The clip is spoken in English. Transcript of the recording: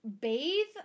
bathe